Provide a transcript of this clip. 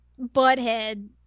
butthead